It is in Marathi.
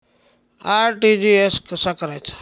आर.टी.जी.एस कसा करायचा?